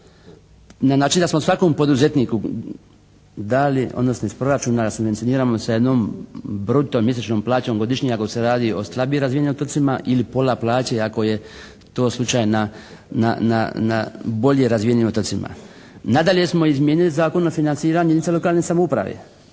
na način da smo svakom poduzetniku dali odnosno iz Proračuna subvencioniramo sa jednom bruto mjesečnom plaćom godišnje ako se radi o slabije razvijenim otocima. Ili pola plaće ako je to slučaj na, na bolje razvijenim otocima. Nadalje smo izmijenili Zakon o financiranju jedinica lokalne samouprave.